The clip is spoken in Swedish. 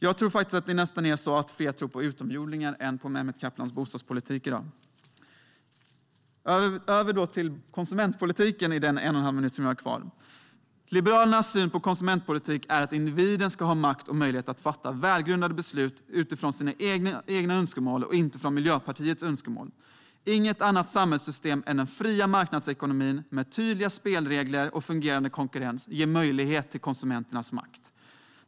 Jag tror nästan att det är fler som tror på utomjordingar än på Mehmet Kaplans bostadspolitik i dag. Jag går nu över till konsumentpolitiken under den en och en halva minuts talartid som jag har kvar. Liberalernas syn på konsumentpolitik är att individen ska ha makt och möjlighet att fatta välgrundade beslut utifrån sina egna önskemål och inte utifrån Miljöpartiets önskemål. Inget annat samhällssystem än den fria marknadsekonomin med tydliga spelregler och fungerande konkurrens ger möjlighet till konsumenternas makt.